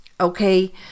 Okay